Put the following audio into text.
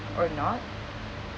or not